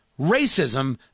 Racism